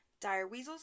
direweasels